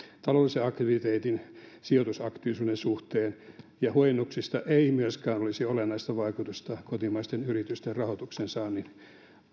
taloudellisen aktiviteetin ja sijoitusaktiivisuuden suhteen ja huojennuksista ei myöskään olisi olennaista vaikutusta kotimaisten yritysten rahoituksen saannin